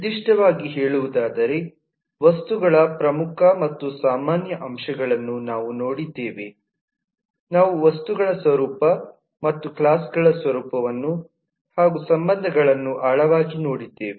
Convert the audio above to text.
ನಿರ್ದಿಷ್ಟವಾಗಿ ಹೇಳುವುದಾದರೆ ವಸ್ತುಗಳ ಪ್ರಮುಖ ಮತ್ತು ಸಾಮಾನ್ಯ ಅಂಶಗಳನ್ನು ನಾವು ನೋಡಿದ್ದೇವೆ ನಾವು ವಸ್ತು ಗಳ ಸ್ವರೂಪ ಮತ್ತು ಕ್ಲಾಸ್ ಗಳ ಸ್ವರೂಪವನ್ನು ಹಾಗೂ ಸಂಬಂಧಗಳನ್ನು ಆಳವಾಗಿ ನೋಡಿದ್ದೇವೆ